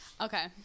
Okay